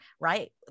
right